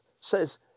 says